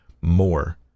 more